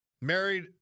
Married